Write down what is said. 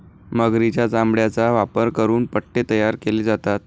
मगरीच्या चामड्याचा वापर करून पट्टे तयार केले जातात